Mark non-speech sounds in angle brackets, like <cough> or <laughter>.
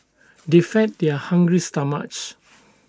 they fed their hungry stomachs <noise>